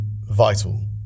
vital